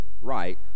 right